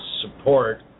support